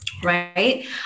right